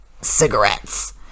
cigarettes